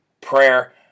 prayer